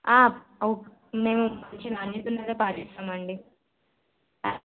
ఓ మేము మంచి నాణ్యత ఉన్నదే పాటిస్తామండి